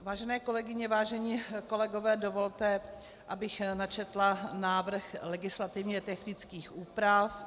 Vážené kolegyně, vážení kolegové, dovolte, abych načetla návrh legislativně technických úprav.